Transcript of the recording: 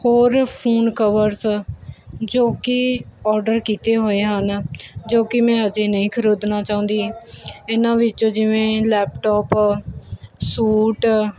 ਹੋਰ phone covers ਜੋ ਕੀ ਆਰਡਰ ਕੀਤੇ ਹੋਏ ਹਨ ਜੋ ਕੀ ਮੈਂ ਅਜੇ ਨਹੀਂ ਖਰੀਦਣਾ ਚਾਹੁੰਦੀ ਇਹਨਾਂ ਵਿੱਚੋਂ ਜਿਵੇਂ ਲੈਪਟੋਪ ਸੂਟ